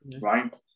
right